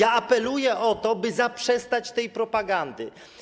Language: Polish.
Apeluję o to, by zaprzestać tej propagandy.